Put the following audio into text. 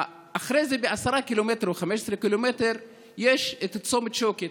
10 או 15 ק"מ אחרי זה יש את צומת שוקת,